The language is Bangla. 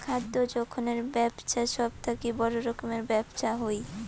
খাদ্য যোখনের বেপছা সব থাকি বড় রকমের ব্যপছা হই